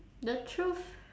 the truth